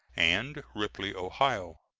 and ripley, ohio.